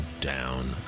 down